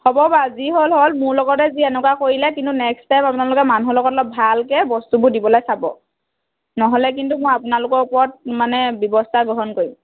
হ'ব বাৰু যি হ'ল হ'ল মোৰ লগতে যি এনেকুৱা কৰিলে কিন্তু নেক্সট টাইম আপোনালোকে মানুহৰ লগত অলপ ভালকৈ বস্তুবোৰ দিবলৈ চাব নহ'লে কিন্তু মই আপোনালোকৰ ওপৰত মানে ব্যৱস্থা গ্ৰহণ কৰিম